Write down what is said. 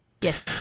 Yes